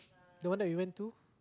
the one that you went to